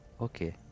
Okay